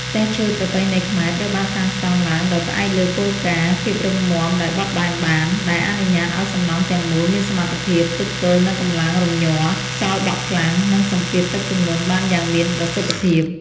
ផ្ទះឈើប្រពៃណីខ្មែរត្រូវបានសាងសង់ឡើងដោយផ្អែកលើគោលការណ៍ ភាពរឹងមាំដែលបត់បែនបាន ដែលអនុញ្ញាតឱ្យសំណង់ទាំងមូលមានសមត្ថភាពទប់ទល់នឹងកម្លាំងរំញ័រ ខ្យល់បក់ខ្លាំង និងសម្ពាធទឹកជំនន់បានយ៉ាងមានប្រសិទ្ធភាព។